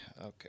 Okay